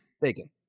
bacon